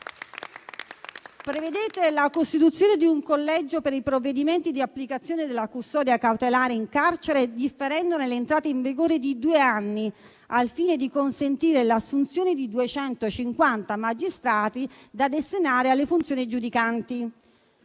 Prevedete la costituzione di un collegio per i provvedimenti di applicazione della custodia cautelare in carcere, differendone l'entrata in vigore di due anni, al fine di consentire l'assunzione di 250 magistrati da destinare alle funzioni giudicanti;